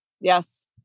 Yes